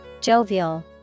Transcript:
Jovial